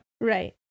Right